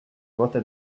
gota